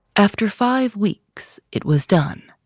after five weeks, it was done.